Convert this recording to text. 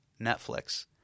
Netflix